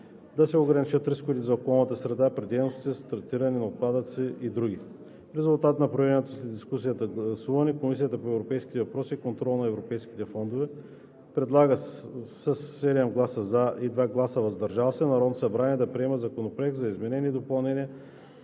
да се ограничат рисковете за околната среда при дейностите с третиране на отпадъци и други. В резултат на проведеното след дискусията гласуване Комисията по европейските въпроси и контрол на европейските фондове предлага със 7 гласа „за“ и 2 гласа „въздържал се“ на Народното събрание да приеме Законопроект за изменение и допълнение